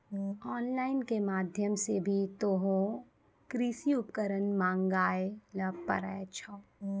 on line के माध्यम से भी तोहों कृषि उपकरण मंगाय ल पारै छौ